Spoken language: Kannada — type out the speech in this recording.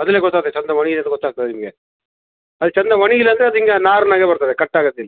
ಅದರಲ್ಲೆ ಗೊತ್ತಾತ್ತೆ ಚೆಂದ ಒಣಗಿದೆ ಅಂತ ಗೊತ್ತಾಗ್ತದೆ ನಿಮಗೆ ಅದು ಚೆಂದ ಒಣಗಿಲ್ಲ ಅಂದರೆ ಅದು ಹಿಂಗೆ ನಾರಿನಾಗೆ ಬರ್ತದೆ ಕಟ್ ಆಗೋದಿಲ್ಲ